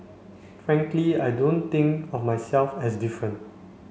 frankly I don't think of myself as different